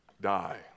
die